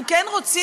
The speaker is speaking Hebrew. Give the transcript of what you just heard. אנחנו כן רוצים